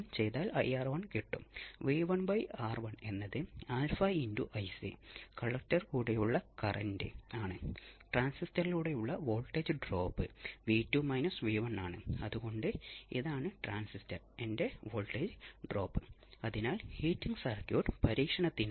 അതിനാൽ ഇതിൽ നിന്ന് നമ്മൾ മനസ്സിലാക്കുന്നത് ഈ പ്രത്യേക ഫേസിൽ കറന്റ് പ്രയോഗിച്ച വോൾട്ടേജിനെക്കാൾ ഒരു ആംഗിൾ ഫൈ മുന്നിലാണ്